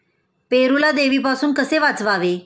पेरूला देवीपासून कसे वाचवावे?